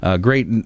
Great